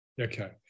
Okay